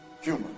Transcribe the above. humor